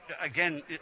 Again